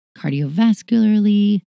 cardiovascularly